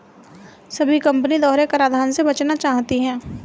सभी कंपनी दोहरे कराधान से बचना चाहती है